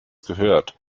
gehört